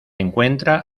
encuentra